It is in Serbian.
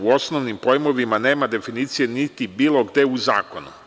U osnovnim pojmovima nema definicije niti bilo gde u zakonu.